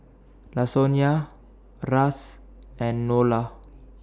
Lasonya A Ras and Nola